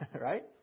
right